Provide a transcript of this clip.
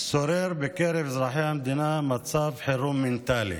שורר בקרב אזרחי המדינה מצב חירום מנטלי.